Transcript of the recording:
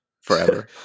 forever